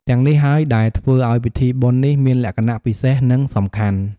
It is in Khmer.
ទាំងនេះហើយដែលធ្វើឲ្យពិធីបុណ្យនេះមានលក្ខណៈពិសេស និងសំខាន់។